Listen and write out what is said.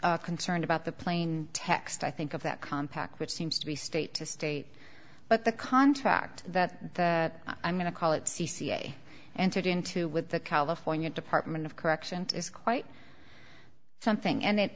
is concerned about the plain text i think of that compact which seems to be state to state but the contract that that i'm going to call it c c a entered into with the california department of correction to squirt something and